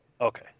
Okay